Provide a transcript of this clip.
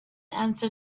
answer